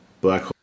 black